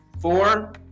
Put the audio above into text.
Four